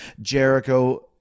Jericho